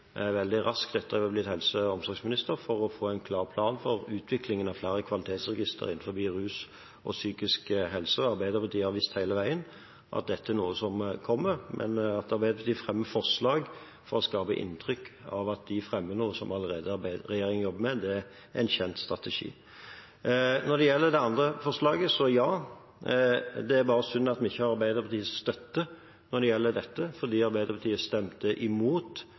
og omsorgsminister, for å få en klar plan for utviklingen av flere kvalitetsregistre innen rus og psykisk helse. Arbeiderpartiet har visst hele veien at dette er noe som kommer. Men at Arbeiderpartiet fremmer forslag for å skape inntrykk av at de fremmer noe som regjeringen allerede jobber med, det er en kjent strategi. Når det gjelder det andre forslaget, så ja, det er bare synd at vi ikke har Arbeiderpartiets støtte når det gjelder dette, for Arbeiderpartiet stemte imot